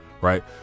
right